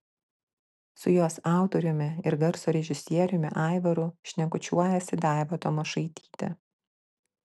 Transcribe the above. su jos autoriumi ir garso režisieriumi aivaru šnekučiuojasi daiva tamošaitytė